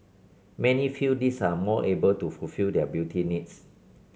many feel these are more able to fulfil their beauty needs